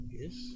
yes